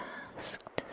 asked